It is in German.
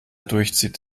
durchzieht